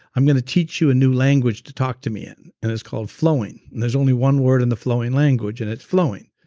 i'm going to teach you a new language to talk to me in and it's called flowing. and there's only one word in the flowing language and it's flowing.